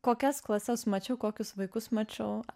kokias klases mačiau kokiu vaikus mačiau